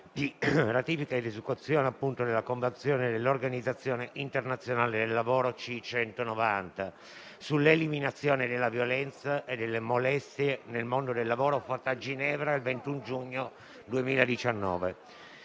ed altri. -*** ***Ratifica ed esecuzione della Convenzione dell'Organizzazione internazionale del lavoro C 190 sull'eliminazione della violenza e delle molestie nel mondo del lavoro, fatta a Ginevra il 21 giugno 2019***